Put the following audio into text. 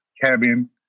cabin